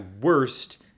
worst